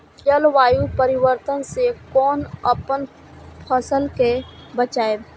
जलवायु परिवर्तन से कोना अपन फसल कै बचायब?